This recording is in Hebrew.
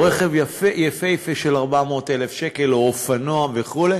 רכב יפהפה של 400,000 שקל או אופנוע וכו',